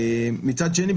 מצד שני,